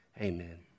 Amen